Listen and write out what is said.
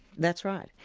that's right.